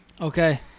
Okay